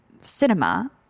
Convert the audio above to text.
cinema